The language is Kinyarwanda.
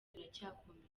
riracyakomeje